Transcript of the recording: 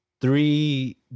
three